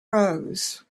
rose